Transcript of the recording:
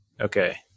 Okay